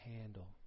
handle